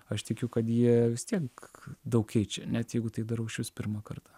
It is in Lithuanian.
aš tikiu kad jie vis tiek daug keičia net jeigu tai darau išvis pirmą kartą